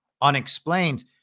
unexplained